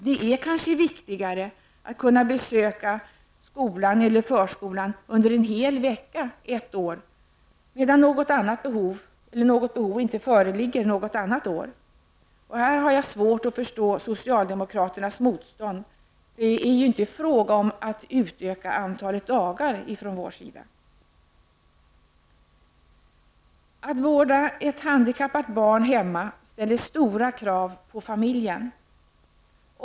Det är kanske viktigare att kunna besöka skolan under en hel vecka ett år medan något behov ej föreligger ett annat år. Det är svårt att förstå socialdemokraternas motstånd i den här frågan. Det är ju inte från vår sida fråga om att utöka antalet dagar. Att vårda ett handikappat barn hemma ställer stora krav på familjen.